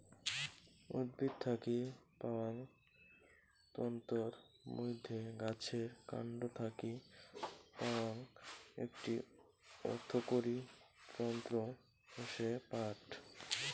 উদ্ভিদ থাকি পাওয়াং তন্তুর মইধ্যে গাছের কান্ড থাকি পাওয়াং একটি অর্থকরী তন্তু হসে পাট